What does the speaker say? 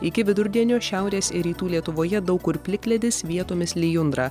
iki vidurdienio šiaurės ir rytų lietuvoje daug kur plikledis vietomis lijundra